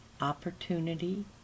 opportunity